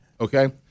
Okay